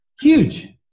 Huge